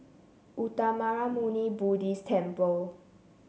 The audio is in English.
Uttamayanmuni Buddhist Temple